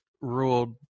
ruled